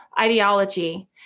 ideology